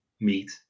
meat